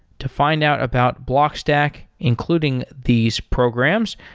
to find out about blockstack including these programs,